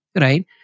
right